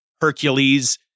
Hercules